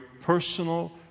personal